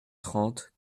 trente